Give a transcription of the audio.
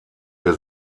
der